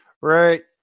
Right